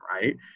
Right